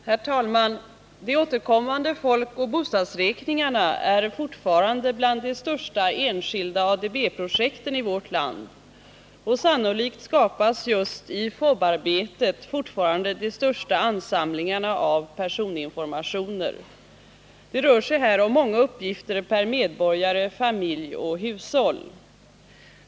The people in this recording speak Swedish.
Herr talman! De återkommande folkoch bostadsräkningarna är fortfarande bland de största enskilda ADB-projekten i vårt land, och sannolikt skapas just i FoB-arbetet fortfarande de största ansamlingarna av personinformationer. Det rör sig här om många uppgifter per medborgare, familj och hushåll.